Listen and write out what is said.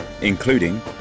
including